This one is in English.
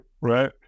Right